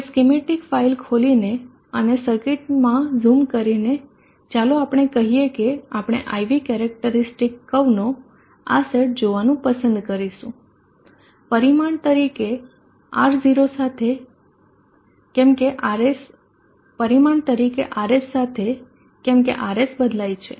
હવે schematic file ખોલીને અને સર્કિટમાં ઝૂમ કરીને ચાલો આપણે કહીએ કે આપણે IV કેરેક્ટરીસ્ટિક કર્વનો આ સેટ જોવાનું પસંદ કરીશું પરિમાણ તરીકે RS સાથે કેમ કે RS બદલાય છે